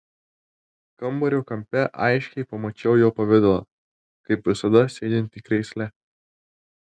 kambario kampe aiškiai pamačiau jo pavidalą kaip visada sėdintį krėsle